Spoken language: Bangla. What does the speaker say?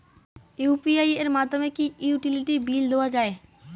ইউ.পি.আই এর মাধ্যমে কি ইউটিলিটি বিল দেওয়া যায়?